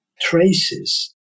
traces